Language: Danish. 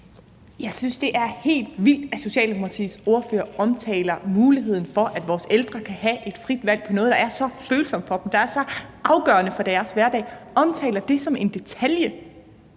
Jeg synes, det er helt vildt, at Socialdemokratiets ordfører omtaler muligheden for, at vores ældre kan have et frit valg i forhold til noget, der er så følsomt for dem, og som er så afgørende for deres hverdag, som en detalje.